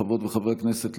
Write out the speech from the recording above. חברות וחברי הכנסת,